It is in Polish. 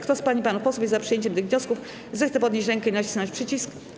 Kto z pań i panów posłów jest za przyjęciem tych wniosków, zechce podnieść rękę i nacisnąć przycisk.